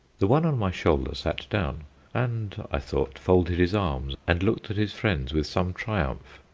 the one on my shoulder sat down and, i thought, folded his arms and looked at his friends with some triumph.